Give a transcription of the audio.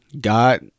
God